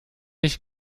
ich